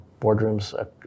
boardrooms